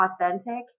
authentic